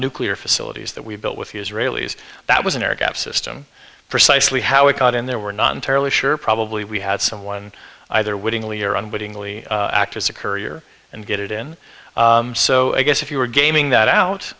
nuclear facilities that we built with the israelis that was an air gap system precisely how it got in there we're not entirely sure probably we had someone either wittingly or unwittingly act as a courier and get it in so i guess if you were gaming that out